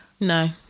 No